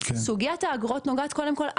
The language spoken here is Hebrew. סוגיית האגרות נוגעת קודם כל,